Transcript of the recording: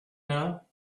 now